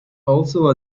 also